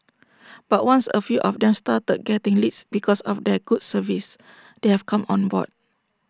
but once A few of them started getting leads because of their good service they have come on board